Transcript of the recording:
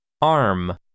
Arm